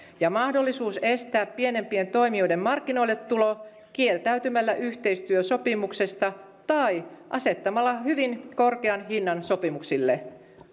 ja mahdollisuus estää pienempien toimijoiden markkinoilletulo kieltäytymällä yhteistyösopimuksesta tai asettamalla hyvin korkean hinnan sopimuksille